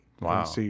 Wow